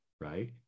right